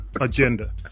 agenda